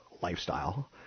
lifestyle